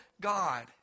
God